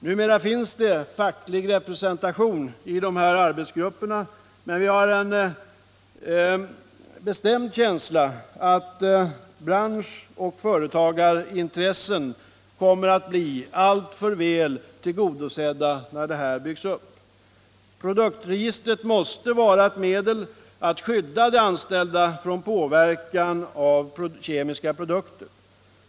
Numera finns det facklig representation i arbetsgrupperna, men vi har en bestämd känsla av att branschoch företagarintressen kommer att bli alltför väl tillgodosedda när registret byggs upp. Produktregistret måste vara ett medel att skydda de anställda från påverkan av kemiska produkter.